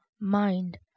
Mind